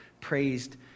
praised